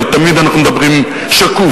תמיד אנחנו מדברים שקוף,